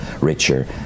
richer